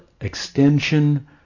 extension